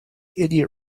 idiot